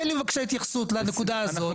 תן לי בבקשה התייחסות לנקודה הזאת.